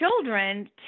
children